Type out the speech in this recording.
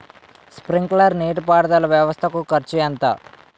Sprinkler నీటిపారుదల వ్వవస్థ కు ఖర్చు ఎంత?